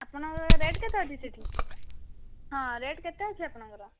ଆପଣଙ୍କ ରେଟ୍ କେତେ ଅଛି ସେଇଠି ହଁ ରେଟ୍ କେତେ ଅଛି ଆପଣଙ୍କର